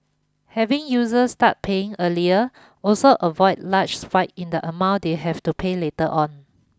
having users start paying earlier also avoid large spikes in the amount they have to pay later on